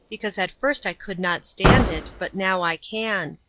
because at first i could not stand it, but now i can.